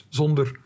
zonder